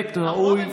כאילו כולם כאלה